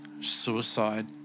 suicide